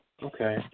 Okay